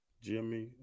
Jimmy